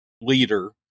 leader